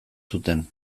zuten